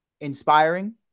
inspiring